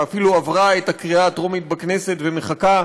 שאפילו עברה את הקריאה הטרומית בכנסת ומחכה,